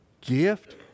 gift